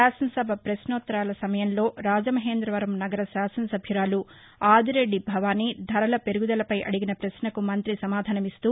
శాసనసభ పశ్నోత్నరాల సమయంలో రాజమహేంద్రవరం నగర శాసనసభ్యురాలు ఆదిరెడ్డి భవానీ ధరల పెరుగుదలపై అడిగిన ప్రశ్నకు మంత్రి సమాధానమిస్తూ